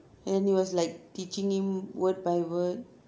and you was like teaching him word by word